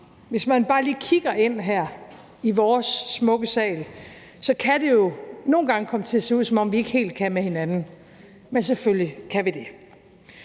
hvis man bare lige kigger ind her i vores smukke sal, kan det jo nogle gange komme til at se ud, som om vi ikke helt kan med hinanden. Men selvfølgelig kan vi det.